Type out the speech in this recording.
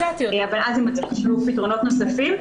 אבל זה מצריך שיהיו פתרונות נוספים.